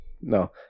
No